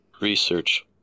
research